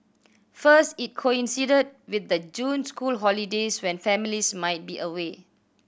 first it coincided with the June school holidays when families might be away